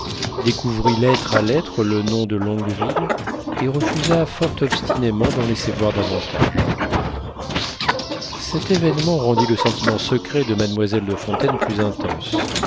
découvrit lettre à lettre le nom de longueville et refusa fort obstinément d'en laisser voir davantage cet événement rendit le sentiment secret de mademoiselle de fontaine plus intense